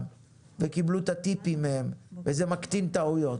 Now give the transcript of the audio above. וקיבלו את הטיפים מהם וזה מקטין טעויות.